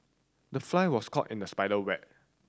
the fly was caught in the spider web